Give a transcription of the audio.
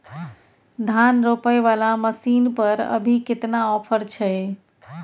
धान रोपय वाला मसीन पर अभी केतना ऑफर छै?